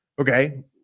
Okay